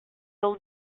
old